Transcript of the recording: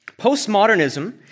Postmodernism